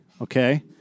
okay